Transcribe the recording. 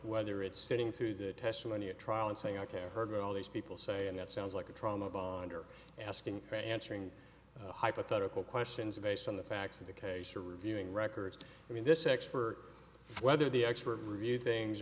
whether it's sitting through that testimony a trial and saying i can heard all these people say and that sounds like a trauma bond or asking for answering hypothetical questions based on the facts of the case or reviewing records i mean this expert whether the expert review things